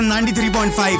93.5